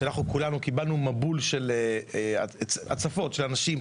שכולנו קיבלנו מבול והצפות של אנשים,